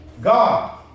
God